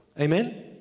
Amen